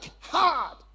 hard